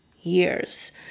years